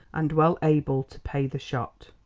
and well able to pay the shot.